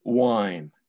wine